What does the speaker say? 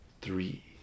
three